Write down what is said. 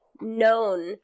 known